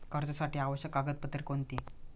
कर्जासाठी आवश्यक कागदपत्रे कोणती?